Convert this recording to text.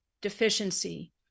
deficiency